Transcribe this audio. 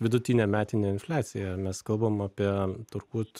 vidutinė metinė infliacija mes kalbam apie turbūt